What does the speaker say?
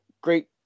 great